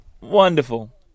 wonderful